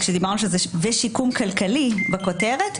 כשדיברנו על ושיקום כלכלי בכותרת,